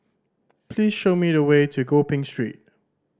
please show me the way to Gopeng Street